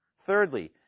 Thirdly